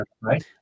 Right